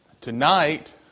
Tonight